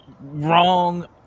wrong